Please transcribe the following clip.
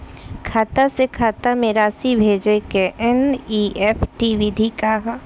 खाता से खाता में राशि भेजे के एन.ई.एफ.टी विधि का ह?